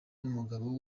n’umugabo